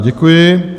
Děkuji.